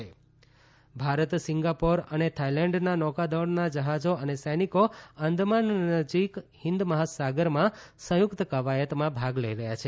નૌકાદળ SITMEX Bharat Singapore અને થાઇલેન્ડના નૌકાદળના જફાજો અને સૈનિકો આંદમાન નજીક હિંદ મહાસાગરમાં સંયુક્ત કવાયતમાં ભાગ લઇ રહ્યા છે